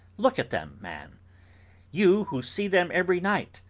look at them, man you, who see them every night,